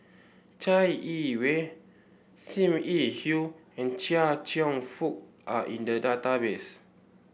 Chai Yee Wei Sim Yi Hui and Chia Cheong Fook are in the database